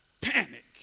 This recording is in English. panic